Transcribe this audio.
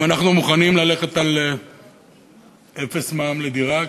אם אנחנו מוכנים ללכת על אפס מע"מ על דירה,